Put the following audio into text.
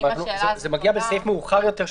זה מגיע בסעיף מאוחר יותר,